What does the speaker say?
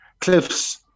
cliffs